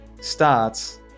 starts